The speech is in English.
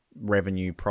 revenue